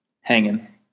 hanging